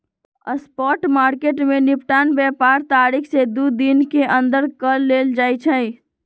spot market में निपटान व्यापार तारीख से दू दिन के अंदर कऽ लेल जाइ छइ